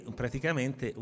praticamente